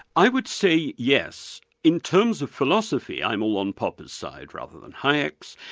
i would say yes. in terms of philosophy i'm all on popper's side rather than hayek's.